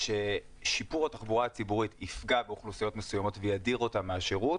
ששיפור התחבורה הציבורית יפגע באוכלוסיות מסוימות וידיר אותן מהשירות,